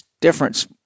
difference